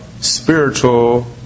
spiritual